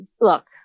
look